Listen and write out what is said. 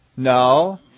No